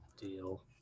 Deal